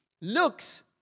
Looks